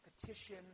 petition